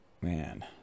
man